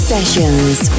Sessions